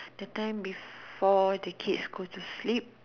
the time before the kids go to sleep